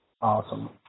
Awesome